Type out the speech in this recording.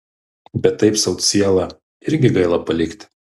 bet taip sau cielą irgi gaila palikti